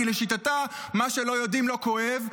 כי לשיטתה מה שלא יודעים לא כואב,